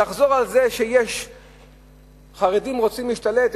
לחזור על זה שחרדים רוצים להשתלט,